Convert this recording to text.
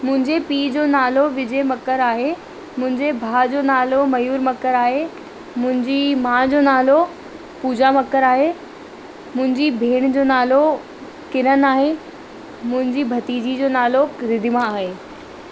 मुंहिंजे पीउ जो नालो विजय मकर आहे मुंहिंजे भाउ जो नालो मयूर मकर आहे मुंजी माउ जो नालो पुजा मकर आहे मुंहिंजी भेण जो नालो किरन आहे मुंहिंजी भतीजी जो नालो रिद्दीमा आहे